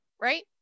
right